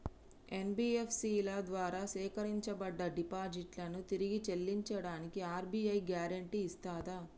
NBFC ల ద్వారా సేకరించబడ్డ డిపాజిట్లను తిరిగి చెల్లించడానికి ఆర్.బి.ఐ గ్యారెంటీ ఇస్తదా?